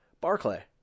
barclay